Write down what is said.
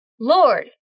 Lord